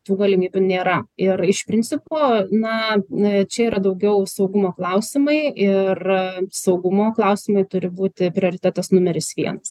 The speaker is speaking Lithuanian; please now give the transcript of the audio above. tų galimybių nėra ir iš principo na čia yra daugiau saugumo klausimai ir saugumo klausimai turi būti prioritetas numeris vienas